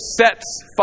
sets